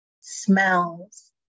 smells